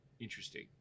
interesting